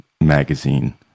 magazine